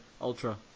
Ultra